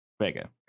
Vega